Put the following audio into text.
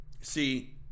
See